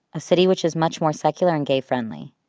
a city which is much more secular and gay-friendly.